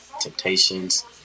Temptations